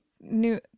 New